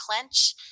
clench